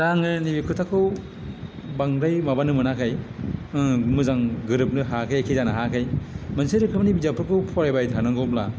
दा आङो नैबे खोथाखौ बांद्राय माबानो मोनाखै मोजां गोरोबनो हायाखै एखे जानो हायाखै मोनसे रोखोमनि बिजाबफोरखौ फरायबाय थानांगौब्ला